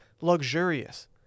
luxurious